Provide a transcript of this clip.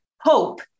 Hope